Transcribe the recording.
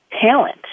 talent